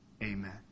amen